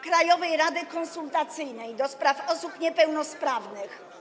Krajowej Rady Konsultacyjnej do Spraw Osób Niepełnosprawnych.